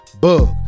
Bug